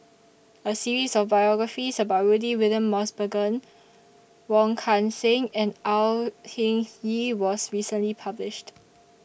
A series of biographies about Rudy William Mosbergen Wong Kan Seng and Au Hing Yee was recently published